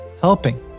helping